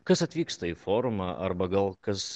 kas atvyksta į forumą arba gal kas